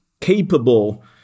capable